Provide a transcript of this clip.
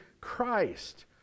Christ